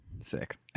Sick